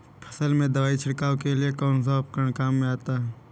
फसल में दवाई छिड़काव के लिए कौनसा उपकरण काम में आता है?